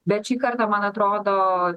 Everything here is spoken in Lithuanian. bet šį kartą man atrodo